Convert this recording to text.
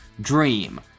Dream